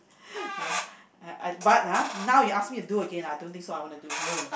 I I but ha now you ask me do Again I don't think so I wanna do ugh